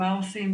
מה עושים,